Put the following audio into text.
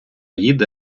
їде